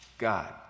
God